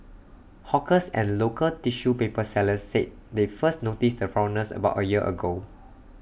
hawkers and local tissue paper sellers said they first noticed the foreigners about A year ago